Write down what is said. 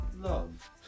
love